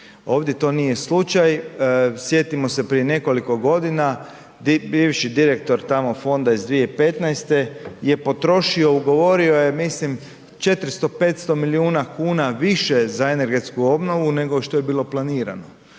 ovdje to nije slučaj. Sjetimo se prije nekoliko godina bivši direktor tamo fonda iz 2015. je potrošio, ugovorio je mislim 400-500 milijuna kuna više za energetsku obnovu nego što je bilo planirano